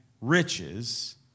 riches